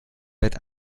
bett